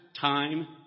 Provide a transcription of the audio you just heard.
time